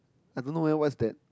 I don't know eh what's that